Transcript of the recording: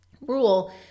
rule